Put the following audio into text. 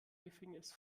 gefängnis